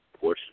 portion